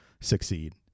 succeed